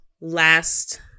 last